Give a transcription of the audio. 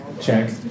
check